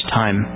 time